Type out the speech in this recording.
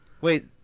Wait